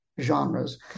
genres